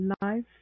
life